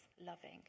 loving